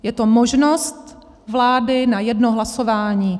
Je to možnost vlády na jedno hlasování.